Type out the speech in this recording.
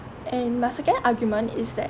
and my second argument is that